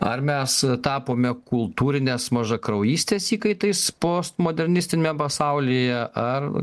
ar mes tapome kultūrinės mažakraujystės įkaitais postmodernistiniam pasaulyje ar